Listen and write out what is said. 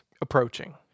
approaching